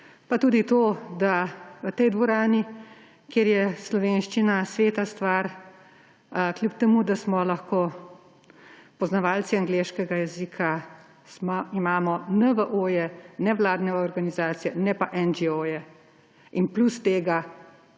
Pa tudi to, da v tej dvorani, kjer je slovenščina sveta stvar, kljub temu da smo lahko poznavalci angleškega jezika, imamo NVO, nevladne organizacije, ne pa NGO, plus tega